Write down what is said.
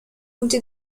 comté